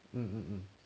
uh uh uh